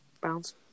Bounce